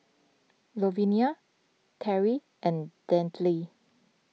Louvenia Terry and Delaney